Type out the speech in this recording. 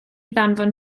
danfon